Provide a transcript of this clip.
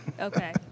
Okay